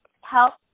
help